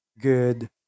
good